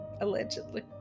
allegedly